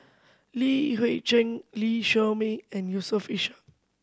Li Hui Cheng Lee Shermay and Yusof Ishak